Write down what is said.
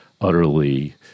utterly